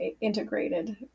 integrated